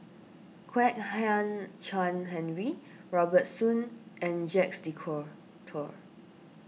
Kwek Hian Chuan Henry Robert Soon and Jacques De Coutre tour